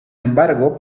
embargo